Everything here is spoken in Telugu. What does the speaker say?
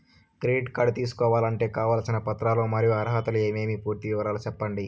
క్రెడిట్ కార్డు తీసుకోవాలంటే కావాల్సిన పత్రాలు మరియు అర్హతలు ఏమేమి పూర్తి వివరాలు సెప్పండి?